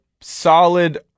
solid